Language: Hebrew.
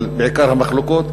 אבל בעיקר המחלוקות